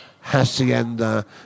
hacienda